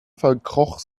verkroch